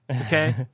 okay